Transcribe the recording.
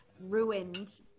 ruined